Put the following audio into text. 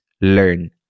learn